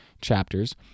chapters